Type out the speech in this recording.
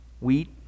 wheat